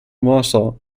warsaw